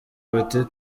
bati